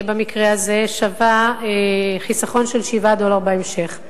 במקרה הזה, שווה חיסכון של 7 דולר בהמשך.